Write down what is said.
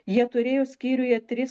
jie turėjo skyriuje tris